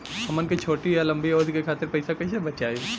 हमन के छोटी या लंबी अवधि के खातिर पैसा कैसे बचाइब?